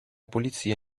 polizia